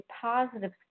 positive